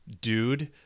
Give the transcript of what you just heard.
dude